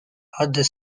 other